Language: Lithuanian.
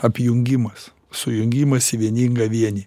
apjungimas sujungimas į vieningą vienį